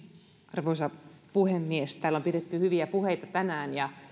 arvoisa puhemies täällä on pidetty hyviä puheita tänään ja